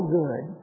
good